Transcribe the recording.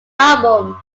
album